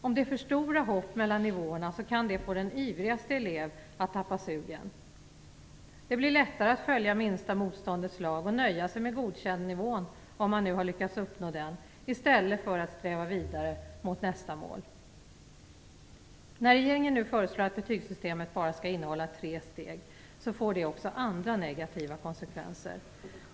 Om det är för stora hopp mellan nivåerna kan det få den ivrigaste elev att tappa sugen. Det blir lättare att följa minsta motståndets lag och nöja sig med nivån godkänd, om man nu har lyckats uppnå den, i stället för att sträva vidare mot nästa mål. När regeringen nu föreslår att betygssystemet bara skall innehålla tre steg får det också andra negativa konsekvenser.